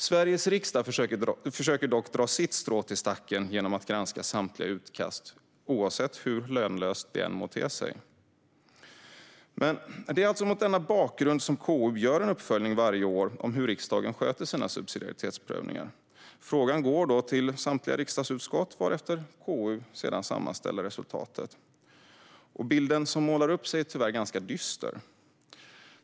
Sveriges riksdag försöker dock dra sitt strå till stacken genom att granska samtliga utkast, hur lönlöst det än må te sig. Det är alltså mot denna bakgrund som KU gör en uppföljning varje år om hur riksdagen sköter sina subsidiaritetsprövningar. Frågan går då till samtliga riksdagsutskott, varefter KU sedan sammanställer resultatet. Den bild som målar upp sig är dessvärre ganska dyster.